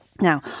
Now